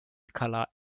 colour